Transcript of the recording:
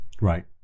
right